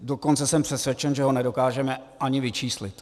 Dokonce jsem přesvědčen, že ho nedokážeme ani vyčíslit.